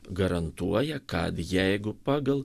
garantuoja kad jeigu pagal